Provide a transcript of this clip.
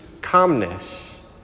calmness